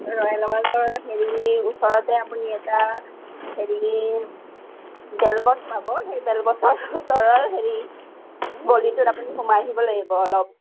royal আৱাসৰ হেৰি ওচৰতে আপুনি এটা হেৰি বেল গছ পাব সেই বেল গছৰ ওচৰৰ হেৰি গলিটোত আপুনি সোমাই আহিব লাগিব অলপ